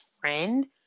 friend